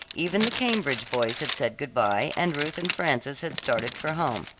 even the cambridge boys had said good-bye and ruth and frances had started for home.